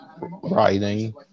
writing